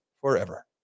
forever